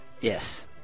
Yes